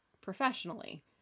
professionally